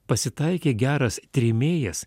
pasitaikė geras tremėjas